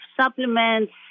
supplements